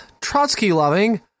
Trotsky-loving